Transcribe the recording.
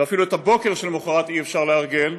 ואפילו את הבוקר שלמחרת אי-אפשר לארגן.